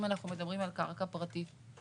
אם אנחנו מדברים על קרקע פרטית.